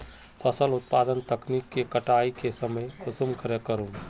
फसल उत्पादन तकनीक के कटाई के समय कुंसम करे करूम?